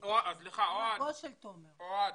סגן השר לביטחון הפנים דסטה גדי יברקן: אוהד,